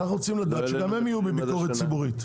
אנחנו רוצים לדעת שגם הם יהיו בביקורת ציבורית.